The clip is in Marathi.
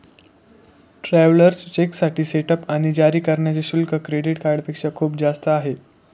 ट्रॅव्हलर्स चेकसाठी सेटअप आणि जारी करण्याचे शुल्क क्रेडिट कार्डपेक्षा खूप जास्त आहे